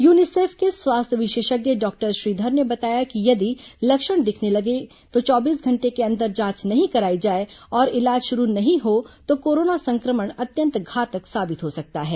UNICEF के स्वास्थ्य विशेषज्ञ डॉक्टर श्रीधर ने बताया कि यदि लक्षण दिखने के चौबीस घंटे के अंदर जांच नहीं कराई जाए और इलाज शुरू नहीं हो तो कोरोना संक्रमण अत्यंत घातक साबित हो सकता है